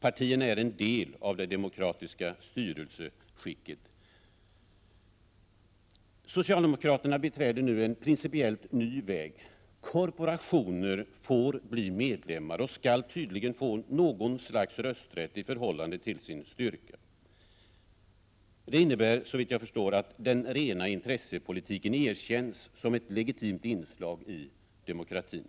Partierna är en del av det demokratiska styrelseskicket. Socialdemokraterna beträder nu en principiellt ny väg. Korporationer får bli medlemmar och skall tydligen få något slags rösträtt i förhållande till sin styrka. Det innebär, såvitt jag förstår, att den rena intressepolitiken erkänns som ett legitimt inslag i demokratin.